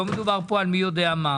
לא מדובר פה על מי יודע מה.